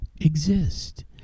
exist